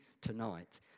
tonight